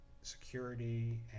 security